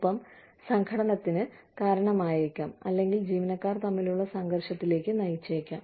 ഒപ്പം സംഘട്ടനത്തിന് കാരണമായേക്കാം അല്ലെങ്കിൽ ജീവനക്കാർ തമ്മിലുള്ള സംഘർഷത്തിലേക്ക് നയിച്ചേക്കാം